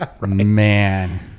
Man